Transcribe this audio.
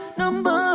number